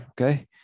okay